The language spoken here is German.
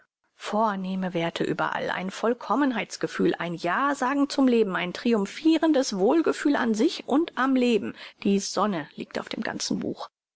vornehme werthe überall ein vollkommenheits gefühl ein jasagen zum leben ein triumphirendes wohlgefühl an sich und am leben die sonne liegt auf dem ganzen buch